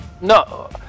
No